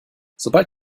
sobald